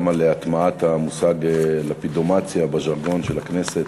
גם על הטמעת המושג לפידומציה בז'רגון של הכנסת.